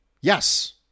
Yes